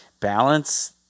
balance